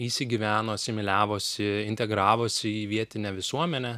įsigyveno asimiliavosi integravosi į vietinę visuomenę